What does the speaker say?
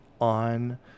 on